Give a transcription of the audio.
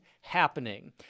happening